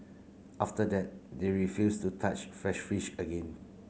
after that they refuse to touch fresh fish again